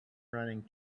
running